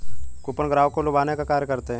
coupon ग्राहकों को लुभाने का कार्य करते हैं